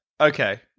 Okay